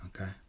Okay